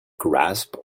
grasp